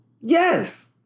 Yes